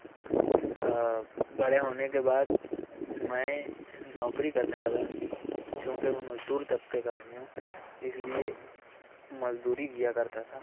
بڑے ہونے کے بعد میں نوکری کرنے لگا چوںکہ میں مزدور طبقے کا آدمی ہوں اس لیے مزدوری کیا کرتا تھا